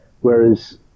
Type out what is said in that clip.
Whereas